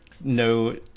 no